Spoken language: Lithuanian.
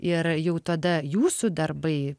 ir jau tada jūsų darbai